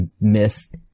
miss